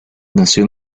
nació